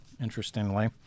interestingly—